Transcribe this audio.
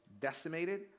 decimated